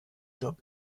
job